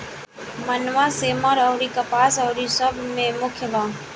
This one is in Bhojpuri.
मनवा, सेमर अउरी कपास अउरी सब मे मुख्य बा